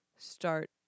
Start